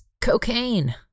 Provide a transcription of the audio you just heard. cocaine